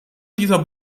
dieser